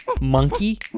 Monkey